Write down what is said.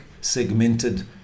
segmented